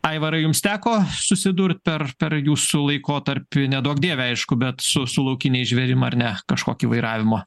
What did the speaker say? aivarai jums teko susidurt per per jūsų laikotarpį neduok dieve aišku bet su su laukiniais žvėrim ar ne kažkokį vairavimo